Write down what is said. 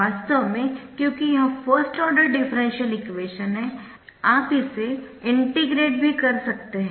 वास्तव में क्योंकि यह फर्स्ट आर्डर डिफरेंशियल इक्वेशन है आप इसे इंटीग्रेट भी कर सकते है